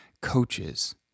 coaches